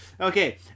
okay